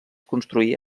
construir